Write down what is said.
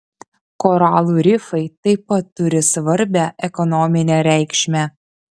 koralų rifai taip pat turi svarbią ekonominę reikšmę